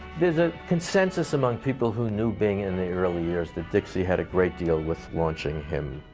there's a consensus among people who knew bing in the early years that dixie had a great deal with launching him,